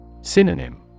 Synonym